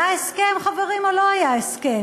היה הסכם, חברים, או לא היה הסכם?